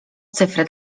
cyfr